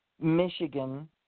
Michigan